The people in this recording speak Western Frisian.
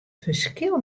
ferskil